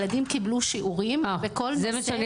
הילדים קבלו שיעורים בכל נושא.